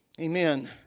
amen